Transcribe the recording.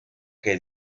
que